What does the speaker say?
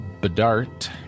Bedart